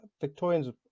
victorians